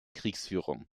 kriegsführung